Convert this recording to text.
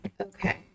Okay